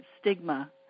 stigma